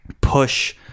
push